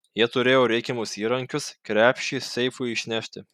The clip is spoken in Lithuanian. jie turėjo reikiamus įrankius krepšį seifui išnešti